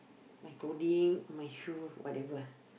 my clothing my shoe whatever